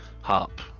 harp